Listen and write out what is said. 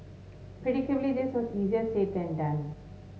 predictably this was easier said than done